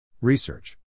Research